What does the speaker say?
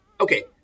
okay—